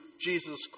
Jesus